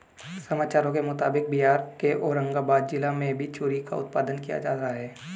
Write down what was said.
समाचारों के मुताबिक बिहार के औरंगाबाद जिला में भी चेरी का उत्पादन किया जा रहा है